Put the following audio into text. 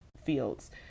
fields